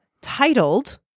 titled